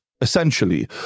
essentially